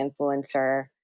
influencer